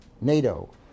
NATO